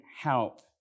help